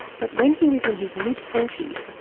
but when he was in his mid forty s,